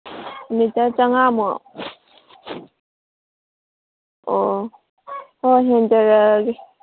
litre ꯆꯃꯉꯥꯃꯨꯛ ꯑꯣ ꯍꯣꯏ ꯍꯦꯟꯖꯔꯛꯑꯒꯦ